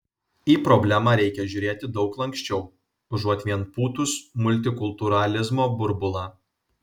į problemą reikia žiūrėti daug lanksčiau užuot vien pūtus multikultūralizmo burbulą